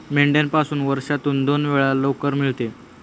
मेंढ्यापासून वर्षातून दोन वेळा लोकर मिळते